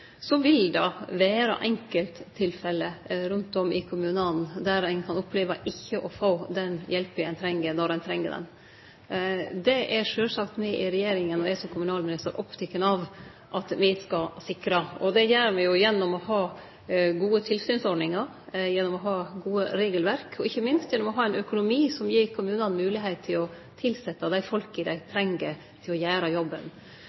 Så vil det vere enkelttilfelle rundt om i kommunane der ein kan oppleve ikkje å få den hjelpa ein treng, når ein treng ho. Det er sjølvsagt me i regjeringa – og eg som kommunalminister – opptekne av at me skal sikre. Det gjer me gjennom å ha gode tilsynsordningar, gode regelverk og ikkje minst gjennom å ha ein økonomi som gir kommunane moglegheit til å tilsette dei folka dei treng til å gjere jobben.